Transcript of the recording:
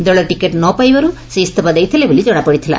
ଦଳୀୟ ଟିକେଟ୍ ନ ପାଇବାର୍ ସେ ଇସ୍ତଫା ଦେଇଥିଲେ ବୋଲି ଜଣାପଡ଼ିଥିଲା